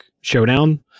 showdown